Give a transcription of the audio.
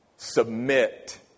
submit